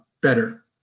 better